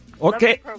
Okay